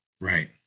Right